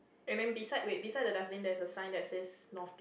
and then beside with beside the dustbin that's a sign that says north